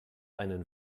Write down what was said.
einen